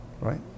Right